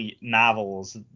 novels